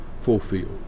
fulfilled